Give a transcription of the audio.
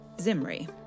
Zimri